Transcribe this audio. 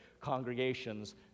congregations